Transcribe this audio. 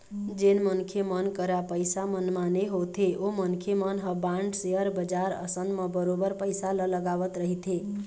जेन मनखे मन करा पइसा मनमाने होथे ओ मनखे मन ह बांड, सेयर बजार असन म बरोबर पइसा ल लगावत रहिथे